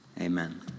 amen